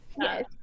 yes